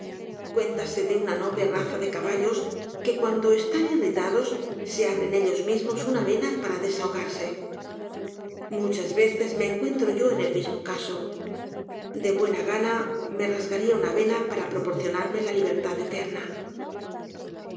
pecho cuéntase de una noble raza de caballos que cuando están irritados se abren ellos mismos una vena para desahogarse muchas veces me encuentro yp en el mismo caso de buena gana ma rasgaría una vena para proporcióname la libertad eterna